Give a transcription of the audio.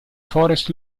forest